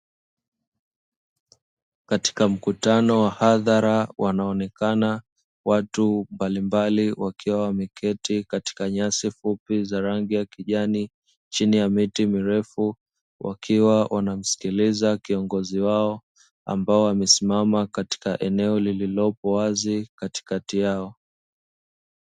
Katika mkutano wa hadhara wanaonekana watu mbalimbali wakiwa wameketi katika nyasi fupi za rangi ya kijani. Chini ya miti mirefu wakiwa wanamsikiliza kiongozi wao ambao wamesima katika eneo lililopo wazi katikati yao.